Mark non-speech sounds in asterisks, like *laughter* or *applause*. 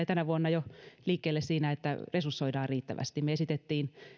*unintelligible* tänä vuonna liikkeelle siinä että resursoidaan riittävästi me esitimme